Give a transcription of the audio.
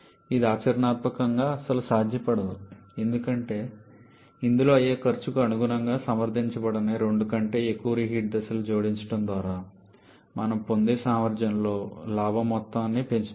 కానీ ఇది ఆచరణాత్మకంగా అస్సలు సాధ్యపడదు ఎందుకంటే ఇందులో అయ్యే ఖర్చుకు అనుగుణంగా సమర్థించబడని రెండు కంటే ఎక్కువ రీహీట్ దశలను జోడించడం ద్వారా మనం పొందే సామర్థ్యంలో లాభం మొత్తాన్ని పెంచుతుంది